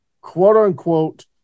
quote-unquote